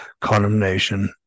condemnation